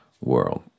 world